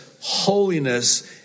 holiness